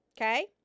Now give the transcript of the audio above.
Okay